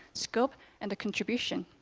scope and contribution.